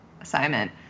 assignment